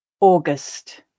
August